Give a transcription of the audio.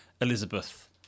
Elizabeth